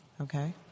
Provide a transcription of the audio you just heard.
Okay